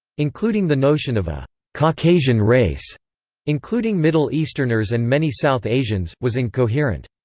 including the notion of a caucasian race including middle easterners and many south asians, was incoherent.